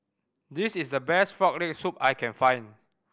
this is the best Frog Leg Soup I can find